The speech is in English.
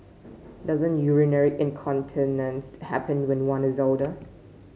doesn't urinary incontinence happen when one is older